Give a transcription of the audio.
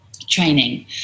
training